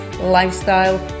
lifestyle